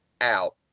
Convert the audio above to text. out